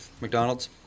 McDonald's